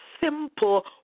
Simple